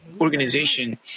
organization